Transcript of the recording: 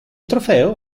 trofeo